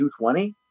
220